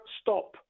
stop